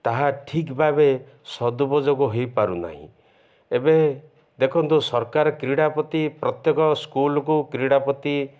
ତାହା ଠିକ୍ ଭାବେ ସଦୁପଯୋଗ ହେଇପାରୁନାହିଁ ଏବେ ଦେଖନ୍ତୁ ସରକାର କ୍ରୀଡ଼ା ପ୍ରତି ପ୍ରତ୍ୟେକ ସ୍କୁଲ୍କୁ କ୍ରୀଡ଼ାପତି